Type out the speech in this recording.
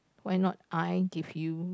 why not I give you